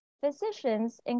physicians